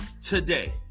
today